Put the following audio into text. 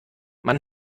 man